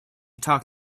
talk